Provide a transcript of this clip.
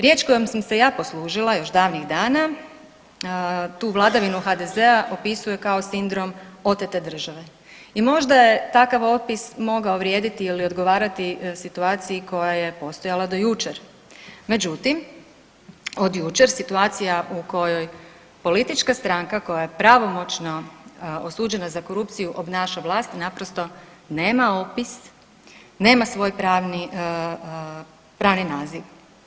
Riječ kojom sam se ja poslužila još davnih dana tu vladavinu HDZ-a opisuje kao sindrom otete države i možda je takav opis mogao vrijediti ili odgovarati situaciji koja je postojala do jučer, međutim od jučer situacija u kojoj politička stranka koja je pravomoćno osuđena za korupciju obnaša vlast i naprosto nema opis, nema svoj pravni, pravni naziv.